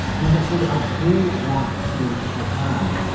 number three i do want to, if i can,